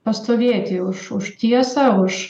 pastovėti už už tiesą už